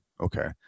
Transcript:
Okay